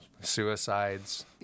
Suicides